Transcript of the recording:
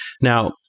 Now